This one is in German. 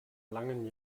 langen